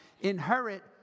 inherit